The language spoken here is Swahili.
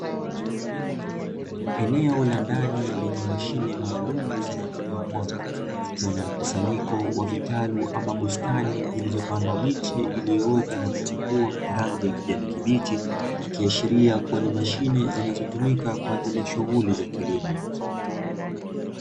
Eneo la ndani lenye mashine maalumu zenye kutoa mwanga tukiwa na mkusanyiko wa vitalu ama bustani zilizopandwa miche iliyoota na kuchagua kwa rangi ya kijani kibichi ikiashiria kuwa ni mashine zinazotumika kwa ajili ya shughuli za kilimo.